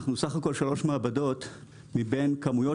אנחנו בסך הכול שלוש מעבדות מבין כמויות